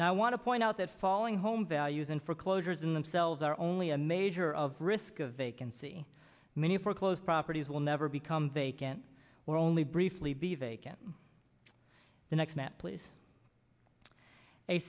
i want to point out that falling home values in foreclosures in themselves are only a major of risk a vacancy many foreclosed properties will never become vacant or only briefly be vacant the next map please a